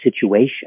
situation